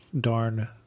darn